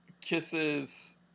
kisses